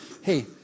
hey